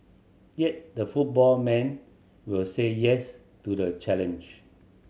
yet the football man will say yes to the challenge